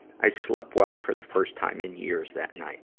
i slept well for the first time in years that night.